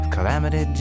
Calamity